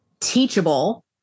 teachable